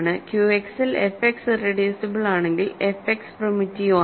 ക്യുഎക്സിൽ F X irreducible ആണെങ്കിൽ F X primitive ആണ്